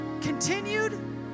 continued